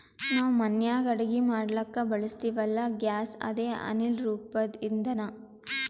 ನಾವ್ ಮನ್ಯಾಗ್ ಅಡಗಿ ಮಾಡ್ಲಕ್ಕ್ ಬಳಸ್ತೀವಲ್ಲ, ಗ್ಯಾಸ್ ಅದೇ ಅನಿಲ್ ರೂಪದ್ ಇಂಧನಾ